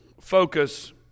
focus